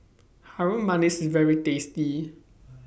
Harum Manis IS very tasty